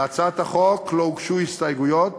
להצעת החוק לא הוגשו הסתייגויות.